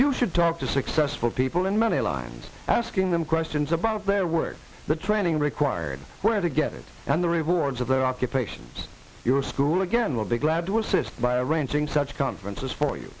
you should talk to successful people in many lines asking them questions about their work the training required where to get it and the rewards of their occupations your school again will be glad to assist by arranging such conferences for you